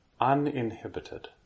uninhibited